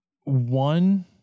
One